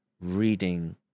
reading